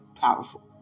Powerful